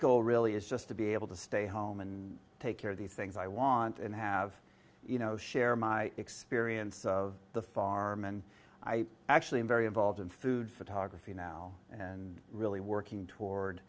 goal really is just to be able to stay home and take care of these things i want and have you know share my experience of the farm and i actually am very involved in food photography now and really working toward